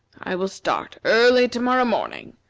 i will start early to-morrow morning,